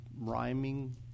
rhyming